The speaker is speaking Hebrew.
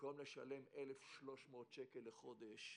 במקום לשלם 1,300 שקל לחודש,